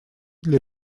для